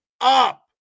up